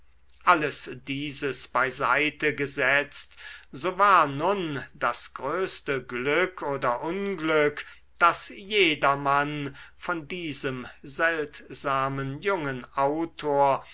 alles dieses beiseitegesetzt so war nun das größte glück oder unglück daß jedermann von diesem seltsamen jungen autor